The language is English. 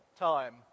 time